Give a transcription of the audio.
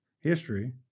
history